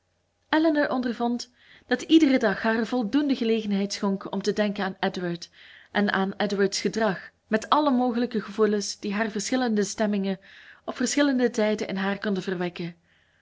elinor ondervond dat iedere dag haar voldoende gelegenheid schonk om te denken aan edward en aan edward's gedrag met alle mogelijke gevoelens die haar verschillende stemmingen op verschillende tijden in haar konden verwekken